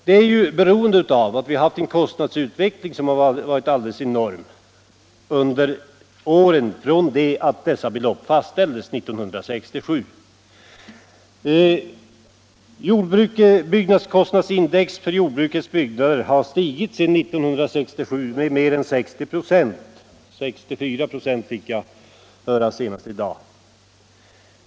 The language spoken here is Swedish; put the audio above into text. Denna begäran beror på att vi sedan dessa belopp fastställdes 1967 haft en kostnadsutveckling som varit enorm. Byggnadskostnadsindex för jordbrukets byggnader har sedan 1967 stigit med mer än 60 96 —t.o.m. med 64 96, fick jag höra i dag.